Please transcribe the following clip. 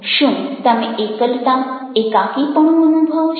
શું તમે એકલતાએકાકીપણું અનુભવો છો